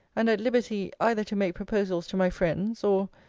and at liberty either to make proposals to my friends, or,